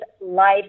life